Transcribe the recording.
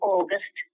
August